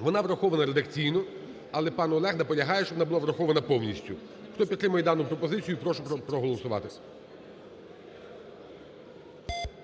Вона врахована редакційно, але пан Олег наполягає, щоб вона була врахована повністю. Хто підтримує дану пропозицію, прошу проголосувати.